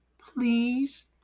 please